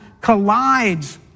collides